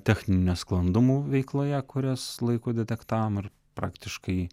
techninių nesklandumų veikloje kuriuos laiku detektavim praktiškai